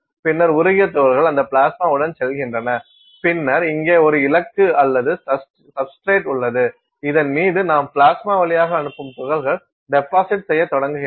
பின்னர் உருகிய துகள்கள் அந்த பிளாஸ்மாவுடன் செல்கின்றன பின்னர் இங்கே ஒரு இலக்கு அல்லது சப்ஸ்டிரேட் உள்ளது இதன் மீது நாம் பிளாஸ்மா வழியாக அனுப்பும் துகள்கள் டெபாசிட் செய்யத் தொடங்குகின்றன